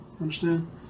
understand